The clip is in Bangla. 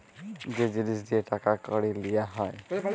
যে জিলিস দিঁয়ে টাকা কড়ি লিয়া হ্যয়